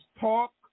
talk